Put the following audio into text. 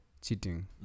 cheating